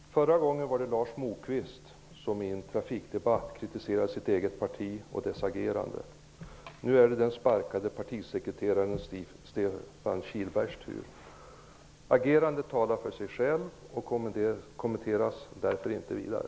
Herr talman! Förra gången var det Lars Moquist som i en trafikdebatt kritiserade sitt eget parti och dess agerande. Nu är det den sparkade partisekreteraren Stefan Kihlbergs tur. Agerandet talar för sig självt och kommenteras därför inte vidare.